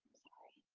sorry.